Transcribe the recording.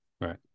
Right